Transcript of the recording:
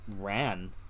ran